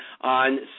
on